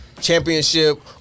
championship